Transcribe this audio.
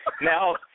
Now